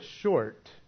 short